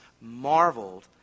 marveled